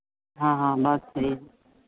हाँ हाँ